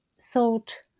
thought